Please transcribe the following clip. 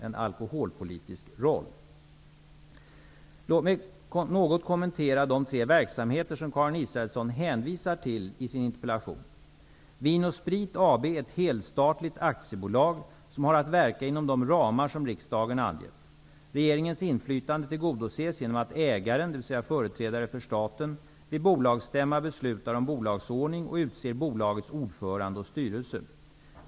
I Låt mig något kommentera de tre verksamheter som Karin Israelsson hänvisar till i sin interpellation. Vin & Sprit AB är ett helstatligt aktiebolag som har att verka inom de ramar som riksdagen angett. Regeringens inflytande tillgodoses genom att ägaren, dvs. företrädare för staten, vid bolagsstämma beslutar om bolagsordning och utser bolagets ordförande och styrelse.